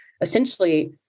essentially